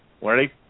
Ready